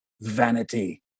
vanity